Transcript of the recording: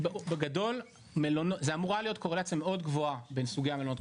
בגדול זו אמורה להיות קורלציה מאוד גבוהה בין סוגי המלונות,